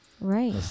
right